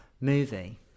movie